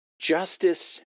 justice